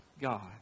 God